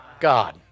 God